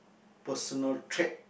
personal trait